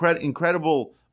incredible